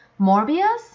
Morbius